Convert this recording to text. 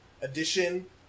edition